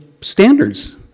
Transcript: standards